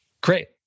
Great